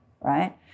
right